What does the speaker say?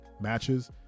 matches